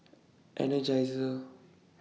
Energizer